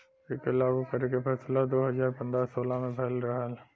एके लागू करे के फैसला दू हज़ार पन्द्रह सोलह मे भयल रहल